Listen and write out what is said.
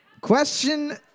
Question